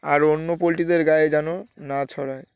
আর অন্য পোলট্রিদের গায়ে যেন না ছড়ায়